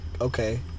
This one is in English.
okay